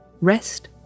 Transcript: Rest